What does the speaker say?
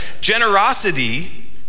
Generosity